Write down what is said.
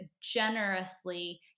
generously